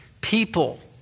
people